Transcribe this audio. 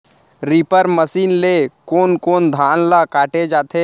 Reaper machine ले कोन कोन धान ल काटे जाथे?